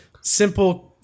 simple